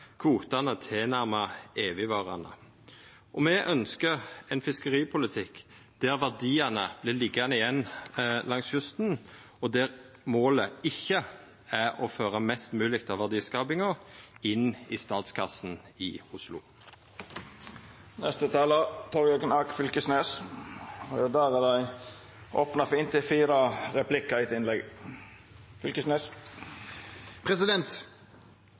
kvotane tilnærma evigvarande. Og me ønskjer ein fiskeripolitikk der verdiane vert liggjande igjen langs kysten, og der målet ikkje er å føra mest mogleg av verdiskapinga inn i statskassa i Oslo. Det er ikkje så mange av samfunnets verkeleg store utfordringar regjeringa klarer å løyse. Derimot er dei